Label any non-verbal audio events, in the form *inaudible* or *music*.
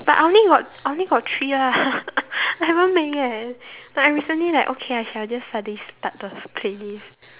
but I only got I only got three ah *laughs* I haven't make yet but I recently like okay I shall just suddenly start the playlist